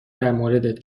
درموردت